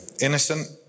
Innocent